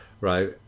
Right